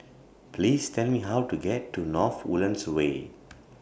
Please Tell Me How to get to North Woodlands Way